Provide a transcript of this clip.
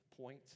point